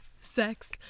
Sex